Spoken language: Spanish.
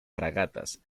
fragatas